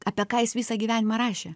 apie ką jis visą gyvenimą rašė